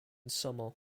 summer